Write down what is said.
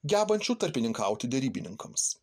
gebančių tarpininkauti derybininkams